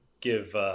give